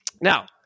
Now